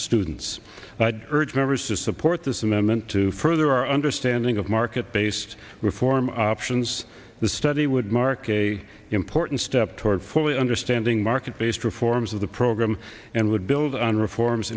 students urged members to support this amendment to further our understanding of market based reform options the study would mark a important step toward fully understanding market based reforms of the program and would build on reforms